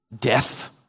Death